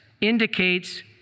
indicates